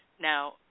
Now